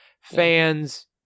fans